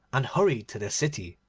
and hurried to the city.